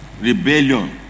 rebellion